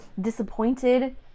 disappointed